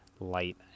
light